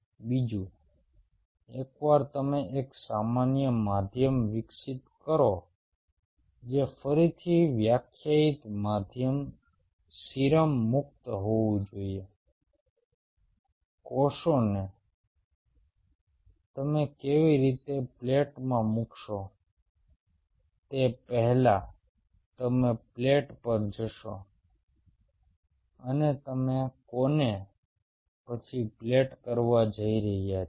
બીજું એકવાર તમે એક સામાન્ય માધ્યમ વિકસિત કરો જે ફરીથી વ્યાખ્યાયિત માધ્યમ સીરમ મુક્ત હોવું જોઈએ કોષોને તમે કેવી રીતે પ્લેટમાં મુકશો તે પહેલા તમે પ્લેટ પર જશો અને તમે કોને પછી પ્લેટ કરવા જઇ રહ્યા છો